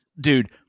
dude